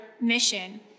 mission